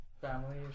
Family